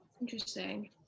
interesting